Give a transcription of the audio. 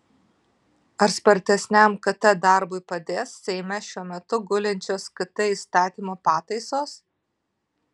ar spartesniam kt darbui padės seime šiuo metu gulinčios kt įstatymo pataisos